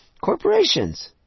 Corporations